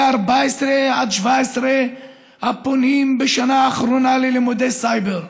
14 17 הפונים בשנה האחרונה ללימודי סייבר.